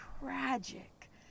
tragic